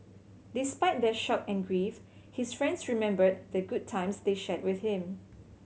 despite their shock and grief his friends remembered the good times they shared with him